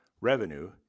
revenue